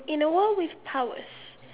in a world with powers